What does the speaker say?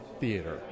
theater